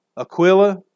Aquila